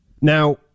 Now